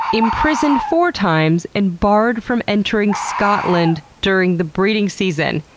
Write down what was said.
imprisoned four times, and barred from entering scotland during the breeding season.